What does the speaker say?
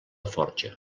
forja